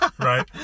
Right